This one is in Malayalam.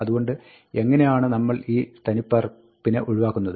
അതുകൊണ്ട് എങ്ങിനെയാണ് നമ്മൾ ഈ തനിപ്പകർപ്പിനെ ഒഴുവാക്കുന്നത്